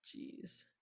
jeez